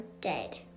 dead